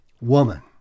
Woman